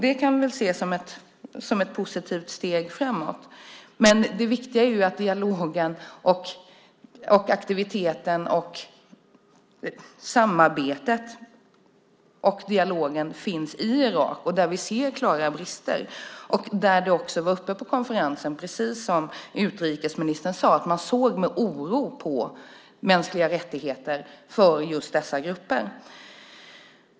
Det kan vi se som ett positivt steg framåt. Men det viktiga är att dialogen, aktiviteterna och samarbetet sker i Irak. Där ser vi klara brister. Detta var också uppe på konferensen, precis som utrikesministern sade. Man såg med oro på situationen för mänskliga rättigheter för just dessa grupper.